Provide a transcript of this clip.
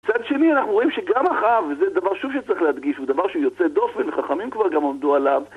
מצד שני, אנחנו רואים שגם אחאב, וזה דבר שוב שצריך להדגיש, הוא דבר שהוא יוצא דופן, וחכמים כבר גם עמדו עליו.